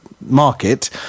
market